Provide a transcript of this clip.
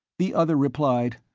the other replied,